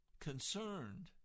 concerned